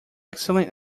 excellent